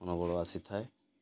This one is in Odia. ମନୋବଳ ଆସିଥାଏ